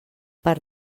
per